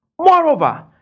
Moreover